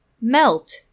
Melt